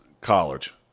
college